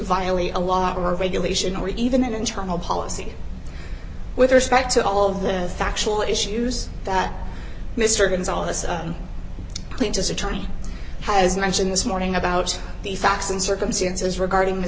violate a lot of her regulation or even an internal policy with respect to all of the factual issues that mr gonzales a plaintiff's attorney has mentioned this morning about the facts and circumstances regarding the